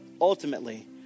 ultimately